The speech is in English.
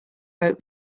wrote